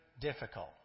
difficult